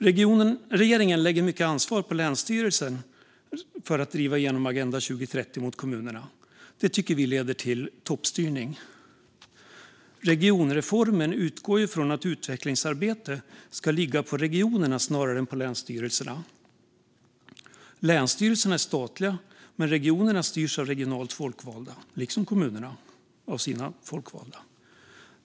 Regeringen lägger mycket ansvar på länsstyrelserna för att driva igenom Agenda 2030 mot kommunerna. Det tycker vi leder till toppstyrning. Regionreformen utgår från att utvecklingsarbete ska ligga på regionerna snarare än på länsstyrelserna. Länsstyrelserna är statliga, men regionerna styrs av regionalt folkvalda, liksom kommunerna av sina folkvalda.